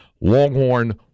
Longhorn